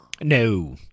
No